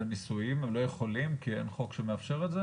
וניסויים הם לא יכולים כי אין חוק שמאפשר את זה?